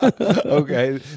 Okay